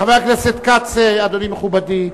חבר הכנסת כץ, אדוני, מכובדי,